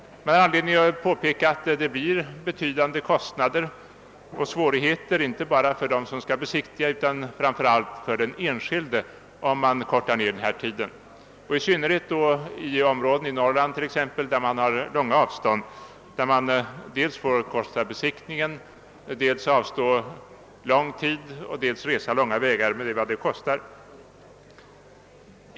Det uppstår betydande kostnader och svårigheter, inte bara för dem som skall besiktiga utan framför allt för den enskilde, om man avkortar tiden. I synnerhet gäller detta i Norrland där man har långa avstånd och får avsätta lång tid och resa långa vägar med de kostnader det innebär.